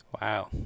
Wow